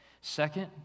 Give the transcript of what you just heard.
Second